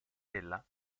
della